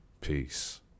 peace